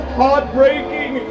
heartbreaking